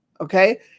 Okay